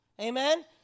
Amen